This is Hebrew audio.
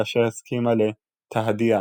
כאשר הסכימה ל"תהדיאה",